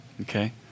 okay